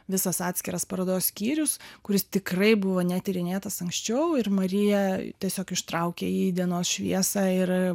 visas atskiras parodos skyrius kuris tikrai buvo netyrinėtas anksčiau ir marija tiesiog ištraukė jį į dienos šviesą ir